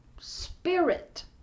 spirit